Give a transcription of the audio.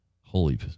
Holy